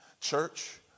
Church